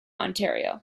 ontario